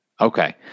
Okay